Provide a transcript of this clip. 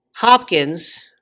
Hopkins